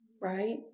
right